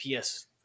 PS